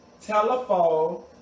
telephone